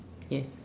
yes